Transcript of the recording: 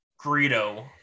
Greedo